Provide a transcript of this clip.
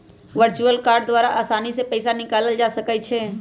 virtual card द्वारा असानी से पइसा निकालल जा सकइ छै